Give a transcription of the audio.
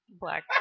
Black